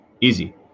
easy